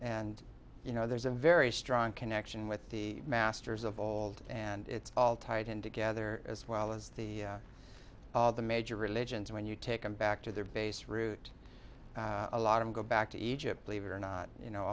and you know there's a very strong connection with the masters of old and it's all tied in together as well as the all the major religions when you take them back to their base root a lot of go back to egypt believe it or not you know